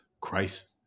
Christ